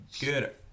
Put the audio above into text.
good